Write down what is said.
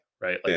Right